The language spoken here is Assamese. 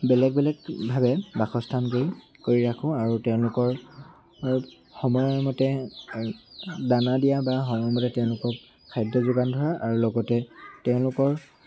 বেলেগ বেলেগভাৱে বাসস্থান কৰি কৰি ৰাখোঁ আৰু তেওঁলোকৰ সময়মতে দানা দিয়া বা সময়মতে তেওঁলোকক খাদ্য যোগান ধৰা আৰু লগতে তেওঁলোকৰ